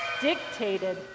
dictated